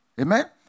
Amen